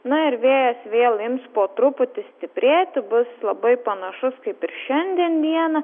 na ir vėjas vėl ims po truputį stiprėti bus labai panašus kaip ir šiandien dieną